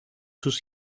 sus